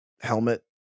helmet